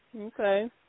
Okay